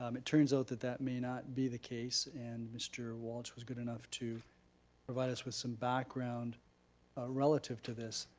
um it turns out that that may not be the case and mr. walsh was good enough to provide us with some background ah relative to this.